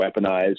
weaponized